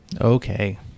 Okay